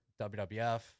WWF